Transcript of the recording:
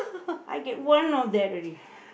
I get one of that already